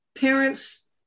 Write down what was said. parents